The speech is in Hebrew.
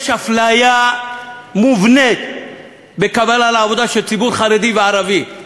יש אפליה מובנית בקבלה לעבודה של ציבור חרדי וערבי.